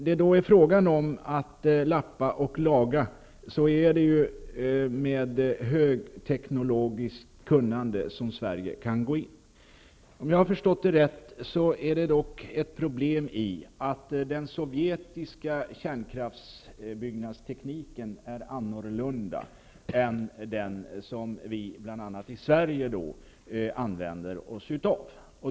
Det är högteknologiskt kunnande som Sverige kan gå in med när det gäller att lappa och laga. Om jag har förstått saken rätt är det ett problem att den sovjetiska kärnkraftsbyggnadstekniken är annorlunda än den som vi bl.a. i Sverige använder oss av.